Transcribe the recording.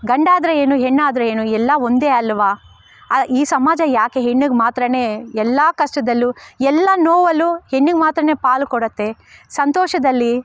ಗಂಡಾದರೆ ಏನು ಹೆಣ್ಣಾದರೆ ಏನು ಎಲ್ಲ ಒಂದೇ ಅಲ್ವ ಈ ಸಮಾಜ ಯಾಕೆ ಹೆಣ್ಣಿಗೆ ಮಾತ್ರವೇ ಎಲ್ಲ ಕಷ್ಟದಲ್ಲೂ ಎಲ್ಲ ನೋವಲ್ಲೂ ಹೆಣ್ಣಿಗೆ ಮಾತ್ರವೇ ಪಾಲು ಕೊಡುತ್ತೆ ಸಂತೋಷದಲ್ಲಿ